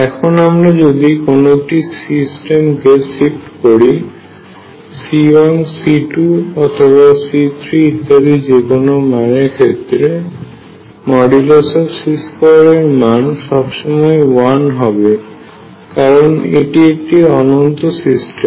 এখন আমরা যদি কোন একটি সিস্টেমকে শিফট করি C1 C2 or C3 ইত্যাদি যে কোনো মানের ক্ষেত্রে C2 এর মান সব সময় 1 হবে কারণে এটি একটি অনন্ত সিস্টেম